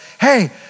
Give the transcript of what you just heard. hey